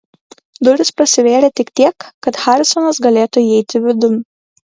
durys prasivėrė tik tiek kad harisonas galėtų įeiti vidun